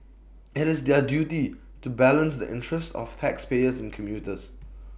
IT is their duty to balance the interests of taxpayers and commuters